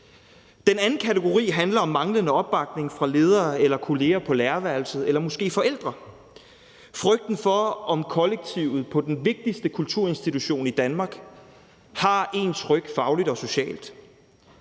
Den anden kategori handler om manglende opbakning fra ledere eller kolleger på lærerværelset eller måske fra forældre. Det handler om frygten, i forhold til om kollektivet på den vigtigste kulturinstitution i Danmark har ens ryg fagligt og socialt